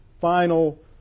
final